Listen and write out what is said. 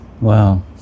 wow